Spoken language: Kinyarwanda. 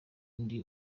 ndi